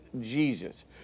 Jesus